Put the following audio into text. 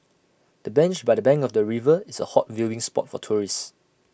the bench by the bank of the river is A hot viewing spot for tourists